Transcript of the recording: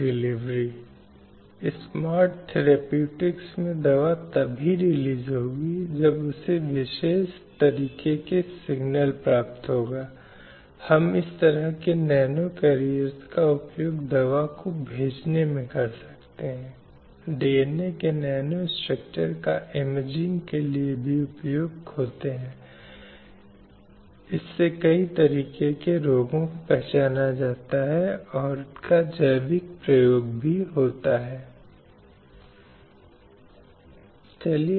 इसलिए इसलिए बीजिंग या कार्रवाई के बीजिंग मंच में बहस इस बात पर फिर से जोर देने की कोशिश करें कि क्या महत्वपूर्ण है मानवाधिकारों और महिलाओं के लिए बुनियादी स्वतंत्रता की पूर्ण प्राप्ति है और यह एक महिला के जीवन चक्र में होना चाहिए